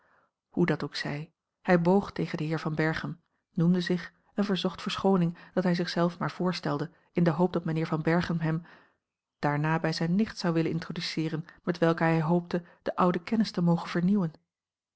hoe dat ook zij hij boog tegen a l g bosboom-toussaint langs een omweg den heer van berchem noemde zich en verzocht verschooning dat hij zich zelf maar voorstelde in de hoop dat mijnheer van berchem hem daarna bij zijne nicht zou willen introduceeren met welke hij hoopte de oude kennis te mogen vernieuwen